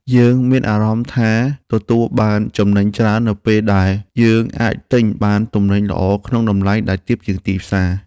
យើងមានអារម្មណ៍ថាទទួលបានចំណេញច្រើននៅពេលដែលយើងអាចទិញបានទំនិញល្អក្នុងតម្លៃដែលទាបជាងទីផ្សារ។